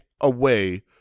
away